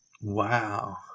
Wow